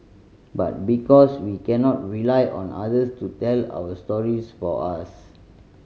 but because we cannot rely on others to tell our stories for us